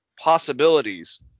possibilities